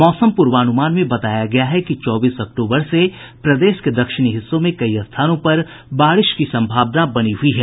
मौसम पूर्वानुमान में बताया गया है कि चौबीस अक्टूबर से प्रदेश के दक्षिणी हिस्सों में कई स्थानों पर बारिश की संभावना बनी हुई है